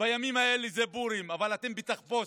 הימים האלה זה פורים, ואתם בתחפושת,